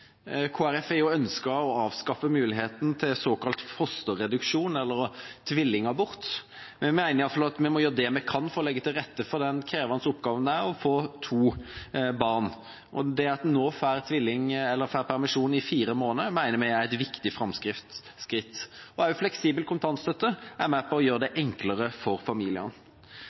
å avskaffe muligheten for såkalt fosterreduksjon, eller tvillingabort. Vi mener i hvert fall vi må gjøre det vi kan for å legge til rette for den krevende oppgaven det er å få to barn. Det at man nå får permisjon i fire måneder til, mener vi er et viktig framskritt. Også fleksibel kontantstøtte er med på å gjøre det enklere for familiene.